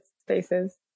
spaces